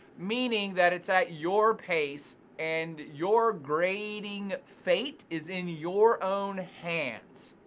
meaning that it's at your pace, and your grading fate is in your own hands.